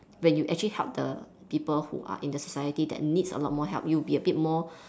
when you actually help the people who are in the society that needs a lot more help you would be a bit more